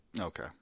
Okay